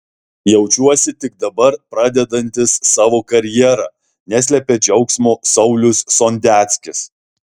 jaučiuosi tik dabar pradedantis savo karjerą neslepia džiaugsmo saulius sondeckis